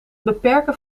beperken